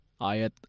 ayat